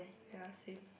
ya same